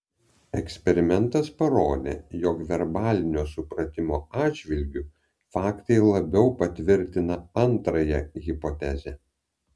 eksperimentas parodė jog verbalinio supratimo atžvilgiu faktai labiau patvirtina antrąją hipotezę